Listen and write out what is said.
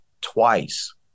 twice